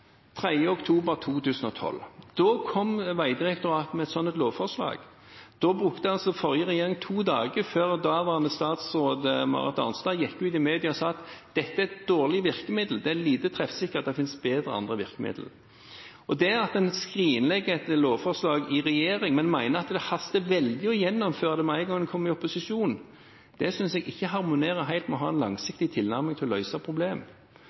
oktober 2012. Da kom Vegdirektoratet med et sånt lovforslag. Da brukte altså forrige regjering to dager før daværende statsråd Marit Arnstad gikk ut i media og sa at dette er et dårlig virkemiddel, det er lite treffsikkert, det finnes andre bedre virkemidler. Det at en skrinlegger et lovforslag i regjering, men mener at det haster veldig å gjennomføre det med en gang en kommer i opposisjon, synes jeg ikke harmonerer helt med å ha en langsiktig tilnærming til å